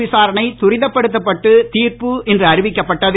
விசாரணை வழக்கு துரிதப்படுத்தப்பட்டு தீர்ப்பு இன்று அறிவிக்கப்பட்டது